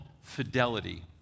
fidelity